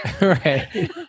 right